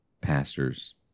pastors